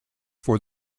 for